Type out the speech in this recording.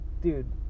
dude